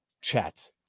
chat